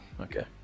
okay